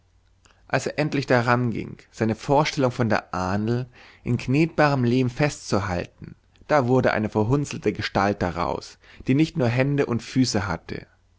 als er endlich daranging seine vorstellung von der ahnl in knetbarem lehm festzuhalten da wurde eine verhutzelte gestalt daraus die nicht nur hände und füße hatte